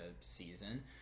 season